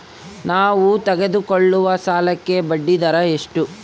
ನಾವು ತೆಗೆದುಕೊಳ್ಳುವ ಸಾಲಕ್ಕೆ ಬಡ್ಡಿದರ ಎಷ್ಟು?